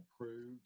approved